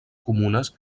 comunes